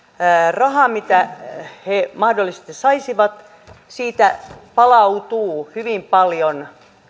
rahasta mitä he mahdollisesti saisivat palautuu hyvin paljon